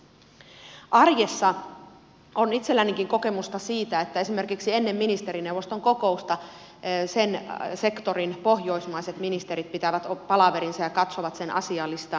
arjessa on itsellänikin kokemusta siitä että esimerkiksi ennen ministerineuvoston kokousta sen sektorin pohjoismaiset ministerit pitävät palaverinsa ja katsovat sen asialistan läpi